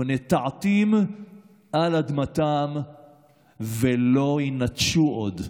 "ונטעתים על אדמם ולא יִנָּתשו עוד".